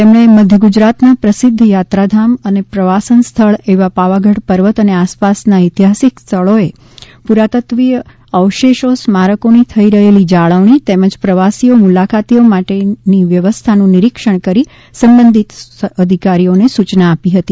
તેમણે મધ્યગુજરાતના પ્રસિદ્ધ યાત્રાધામ અને પ્રવાસન સ્થળ એવા પાવાગઢ પર્વત અને આસપાસના ઐતિહાસિક સ્થળોએ પુરાતત્વીય અવશેષો સ્મારકોની થઇ રહેલી જાળવણી તેમજ પ્રવાસીઓ મુલાકાતીઓ માટેની વ્યવસ્થાનું નીરીક્ષણ કરી સંબંધિત અધિકારીઓને સૂચના આપી હતી